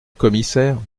commissaire